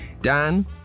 Dan